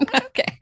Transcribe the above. Okay